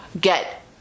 get